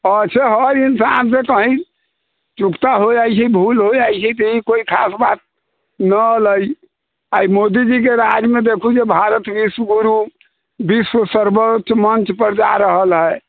अच्छा हर इन्सानसँ कहीँ चुकता होइ जाइ छै भूल होइ जाइ छै तऽ ई कोइ खास बात नहि रहलै आओर मोदीजीके राजमे देखू जे भारत विश्वगुरु विश्व सर्वोच्च मंचपर जा रहल हइ